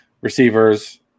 receivers